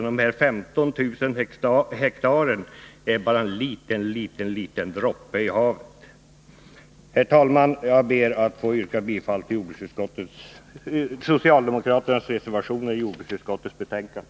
De 15 000 hektaren är alltså bara en liten droppe i havet. Herr talman! Jag ber att få yrka bifall till socialdemokraternas reservationer i jordbruksutskottets betänkande.